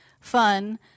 fun